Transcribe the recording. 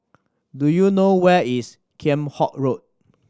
do you know where is Kheam Hock Road